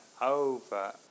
over